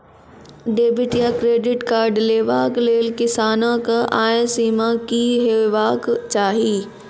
Debit या credit card लेवाक लेल किसानक आय सीमा की हेवाक चाही?